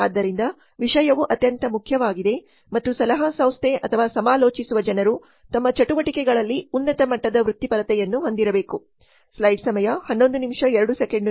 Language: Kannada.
ಆದ್ದರಿಂದ ವಿಷಯವು ಅತ್ಯಂತ ಮುಖ್ಯವಾಗಿದೆ ಮತ್ತು ಸಲಹಾ ಸಂಸ್ಥೆ ಅಥವಾ ಸಮಾಲೋಚಿಸುವ ಜನರು ತಮ್ಮ ಚಟುವಟಿಕೆಗಳಲ್ಲಿ ಉನ್ನತ ಮಟ್ಟದ ವೃತ್ತಿಪರತೆಯನ್ನು ಹೊಂದಿರಬೇಕು